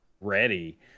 ready